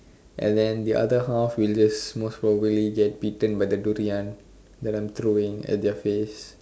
and then the other half will just most probably get beaten by the durian that I'm throwing at their face